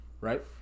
Right